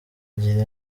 igira